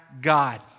God